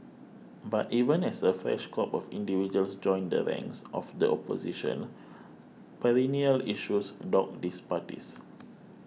but even as a fresh crop of individuals joins the ranks of the Opposition perennial issues dog these parties